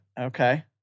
Okay